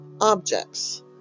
objects